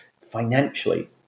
financially